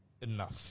enough